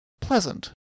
pleasant